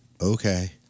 Okay